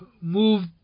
move